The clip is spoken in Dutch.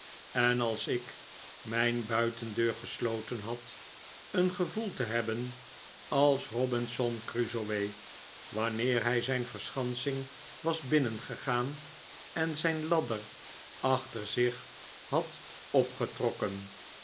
en als ik mijn buitendeur gesloten had een gevoel te hebben als robinson crusoe wanneer hij zijn verschansing was binnengegaan en zijn ladder achter zich had opgetrokken